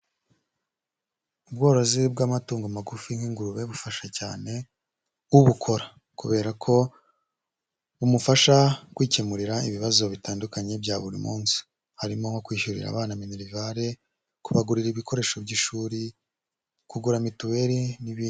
Ubworozi bw'amatungo magufi nk'ingurube bufasha cyane ubukora kubera ko bumufasha kwikemurira ibibazo bitandukanye bya buri munsi harimo nko kwishyurira abana minerivare, kubagurira ibikoresho by'ishuri, kugura mituweri n'ibindi.